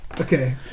Okay